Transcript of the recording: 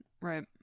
Right